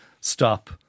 stop